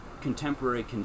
contemporary